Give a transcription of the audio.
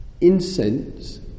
incense